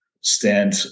stand